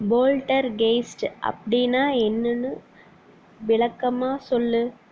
poltergeist அப்படின்னால் என்னெனு விளக்கமாக சொல்